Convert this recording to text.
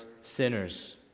sinners